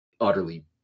utterly